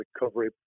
recovery